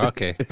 Okay